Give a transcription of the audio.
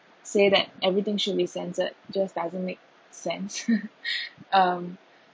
say that everything should be censored just doesn't make sense um